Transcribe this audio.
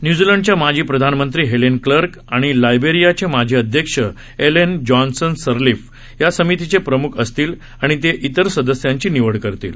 न्यूझीलंडच्या माजी प्रधानमंत्री हेलेन क्लर्क आणि लायबेरियाचे माजी अध्यक्ष एलेन जॉनसन सर्लीफ या समितीचे प्रमुख असतील आणि ते इतर सदस्यांची निवड करतील